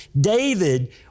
David